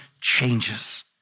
changes